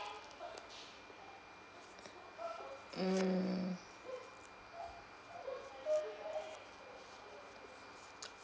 mm